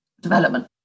development